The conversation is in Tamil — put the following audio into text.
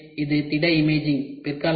எனவே இது திட இமேஜிங்